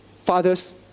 Fathers